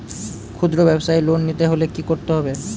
খুদ্রব্যাবসায় লোন নিতে হলে কি করতে হবে?